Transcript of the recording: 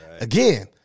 again